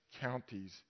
counties